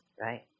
right